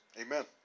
Amen